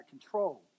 control